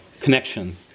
connection